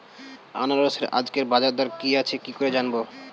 আনারসের আজকের বাজার দর কি আছে কি করে জানবো?